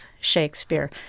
Shakespeare